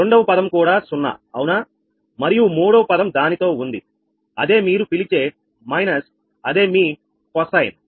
రెండవ పదము కూడా 0 అవునా మరియు మూడవ పదం దానితో ఉంది అదే మీరు పిలిచే మైనస్ అదేమీ కొసైన్